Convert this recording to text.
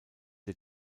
der